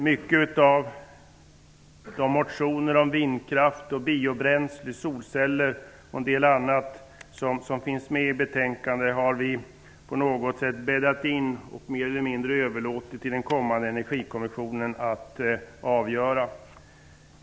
Många av de motioner om vindkraft, biobränsle, solceller och en del annat som finns med i betänkandet har vi på något sätt bäddat in och mer eller mindre överlåtit till den kommande energikommissionen att avgöra.